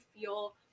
feel